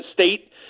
state